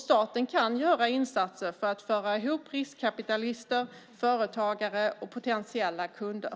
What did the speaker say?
Staten kan göra insatser för att föra ihop riskkapitalister, företagare och potentiella kunder.